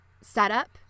setup